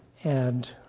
and